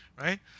right